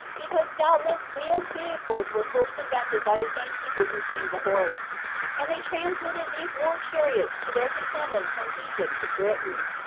because doubtless wheeled vehicles were first invented by the same people who tamed the horse and they transmitted these war-chariots to their descendants from egypt to britain.